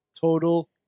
total